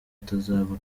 atazaba